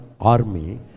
army